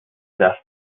death